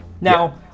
now